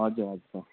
हजुर हजुर सर